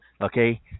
Okay